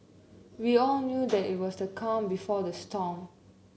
we all knew that it was the calm before the storm